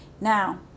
Now